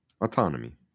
Autonomy